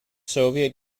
soviet